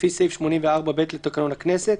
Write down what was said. לפי סעיף 84(ב) לתקנון הכנסת.